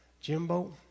Jimbo